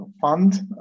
Fund